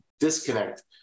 disconnect